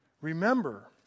remember